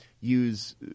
use